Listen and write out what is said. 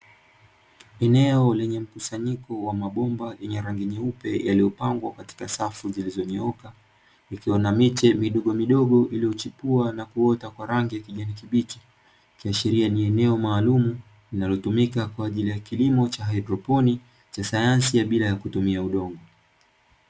Eneo lenye mkusanyiko wa mabomba meupe yaliyopangwa katika safu zilizonyooka ikiwa na miti midogomidogo iliyochipua na kuota kwa rangi ya kijani kibichi, ikiashiria ni eneo maalumu linalotumika kwaajili ya kilimo cha hydroponi cha sayansi ya bila kutumia udongo.